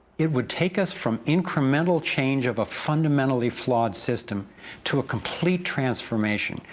it would take us from incremental change of a fundamentally flawed system to a complete transformation,